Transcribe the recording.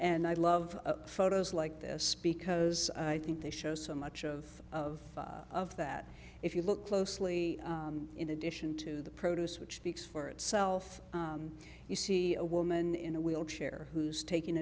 and i love photos like this because i think they show so much of of of that if you look closely in addition to the produce which speaks for itself you see a woman in a wheelchair who's taking